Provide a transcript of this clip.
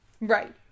Right